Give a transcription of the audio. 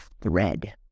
thread